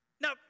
Now